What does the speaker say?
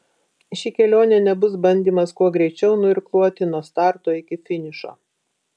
ši kelionė nebus bandymas kuo greičiau nuirkluoti nuo starto iki finišo